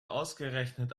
ausgerechnet